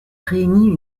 réunies